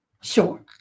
Sure